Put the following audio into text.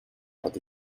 that